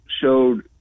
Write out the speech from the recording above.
showed